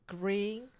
green